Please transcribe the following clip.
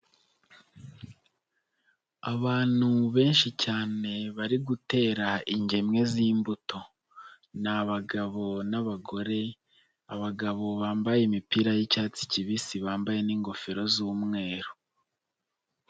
Abantu benshi cyane bari gutera ingemwe z'imbuto. Ni abagabo n'abagore, abagabo bambaye imipira y'icyatsi kibisi bambaye n'ingofero z'umweru.